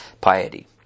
piety